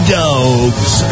dogs